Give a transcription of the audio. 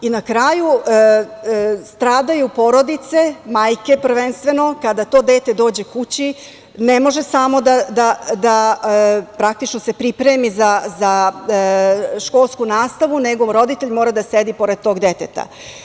Na kraju, stradaju porodice, majke prvenstveno kada to dete dođe kući, ne može samo da se pripremi za školsku nastavu, nego roditelj mora da sedi pored tog deteta.